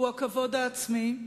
הוא הכבוד העצמי,